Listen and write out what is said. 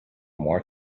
more